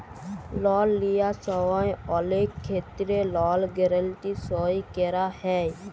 লল লিয়ার সময় অলেক ক্ষেত্রে লল গ্যারাল্টি সই ক্যরা হ্যয়